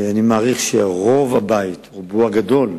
אני מעריך שרוב הבית, רובו הגדול,